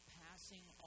passing